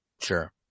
Sure